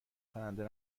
پرنده